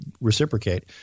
reciprocate